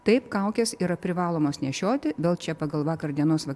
taip kaukės yra privalomos nešioti vėl čia pagal vakar dienos